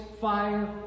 fire